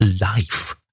life